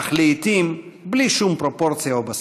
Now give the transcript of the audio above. אך לעתים בלי שום פרופורציה או בסיס.